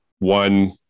One